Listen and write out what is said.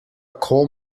coal